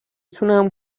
تونم